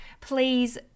Please